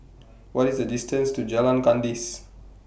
What IS The distance to Jalan Kandis